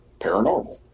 paranormal